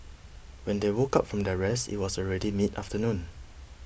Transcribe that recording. when they woke up from their rest it was already mid afternoon